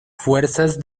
fuerzas